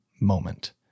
Moment